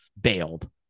bailed